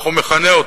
כך הוא מכנה אותם.